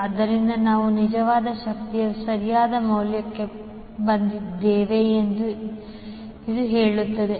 ಆದ್ದರಿಂದ ನಾವು ನಿಜವಾದ ಶಕ್ತಿಯ ಸರಿಯಾದ ಮೌಲ್ಯಕ್ಕೆ ಬಂದಿದ್ದೇವೆ ಎಂದು ಇದು ಹೇಳುತ್ತದೆ